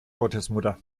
gottesmutter